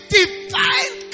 divine